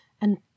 and